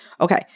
Okay